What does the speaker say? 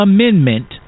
Amendment